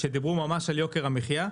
שדיברנו ממש על יוקר המחייה,